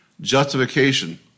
justification